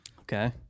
Okay